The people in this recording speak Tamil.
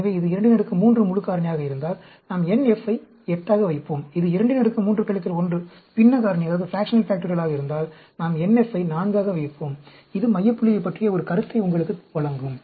எனவே இது 23 முழு காரணியாக இருந்தால் நாம் nF ஐ 8 ஆக வைப்போம் இது 23 1 பின்ன காரணியாக இருந்தால் நாம் nF ஐ 4 ஆக வைப்போம் இது மைய புள்ளியைப் பற்றிய ஒரு கருத்தை உங்களுக்கு வழங்கும்